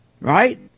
right